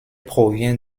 provient